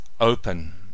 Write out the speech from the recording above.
open